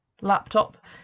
laptop